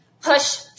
push